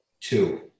two